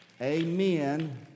amen